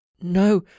No